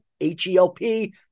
H-E-L-P